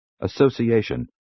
association